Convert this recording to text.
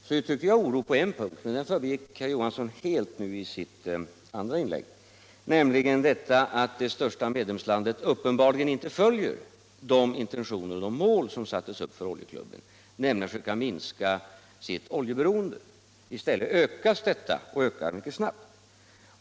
Jag uttryckte oro på en punkt — som herr Johansson helt förbigick i sitt andra inlägg —- nämligen för att det största medlemslandet uppenbarligen inte följer de intentioner och de mål som sattes upp för Oljeklubben: att söka minska sitt oljeberoende. I stället ökar detta, och det ökar t.o.m. mycket snabbt.